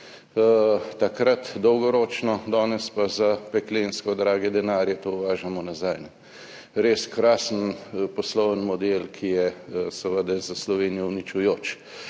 takrat dolgoročno, danes pa za peklensko drage denarje to uvažamo nazaj. Res krasen poslovni model, ki je seveda za Slovenijo uničujoč.